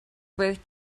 with